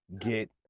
get